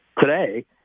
today